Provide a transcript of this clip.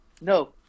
No